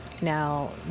now